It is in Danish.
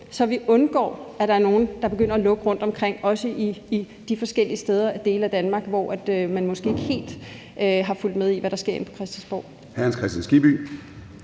så vi undgår, at der er nogle, der begynder at lukke rundtomkring, også de forskellige steder og i de dele af Danmark, hvor man måske ikke helt har fulgt med i, hvad der sker inde på Christiansborg.